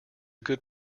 good